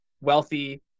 wealthy